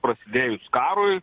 prasidėjus karui